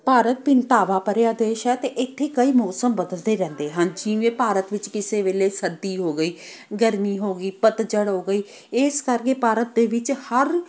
ਭਾਰਤ ਭਿੰਨਤਾਵਾਂ ਭਰਿਆ ਦੇਸ਼ ਹੈ ਅਤੇ ਇੱਥੇ ਕਈ ਮੌਸਮ ਬਦਲਦੇ ਰਹਿੰਦੇ ਹਨ ਜਿਵੇਂ ਭਾਰਤ ਵਿੱਚ ਕਿਸੇ ਵੇਲੇ ਸਰਦੀ ਹੋ ਗਈ ਗਰਮੀ ਹੋ ਗਈ ਪੱਤਝੜ ਹੋ ਗਈ ਇਸ ਕਰਕੇ ਭਾਰਤ ਦੇ ਵਿੱਚ ਹਰ